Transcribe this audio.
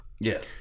Yes